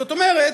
זאת אומרת,